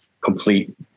complete